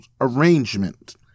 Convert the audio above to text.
arrangement